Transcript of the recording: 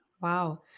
Wow